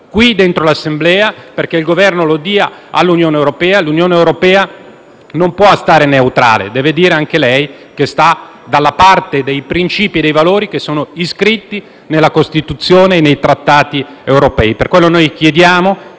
qui, dentro l'Assemblea, perché il Governo lo dia all'Unione europea. L'Unione europea non può restare neutrale e deve dire anche lei che sta dalla parte dei princìpi e dei valori che sono iscritti nella Costituzione e nei trattati europei. Per questo noi chiediamo